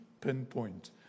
pinpoint